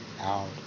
out